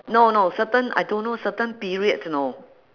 no no certain I don't know certain periods you know